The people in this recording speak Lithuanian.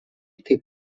taip